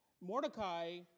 Mordecai